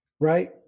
right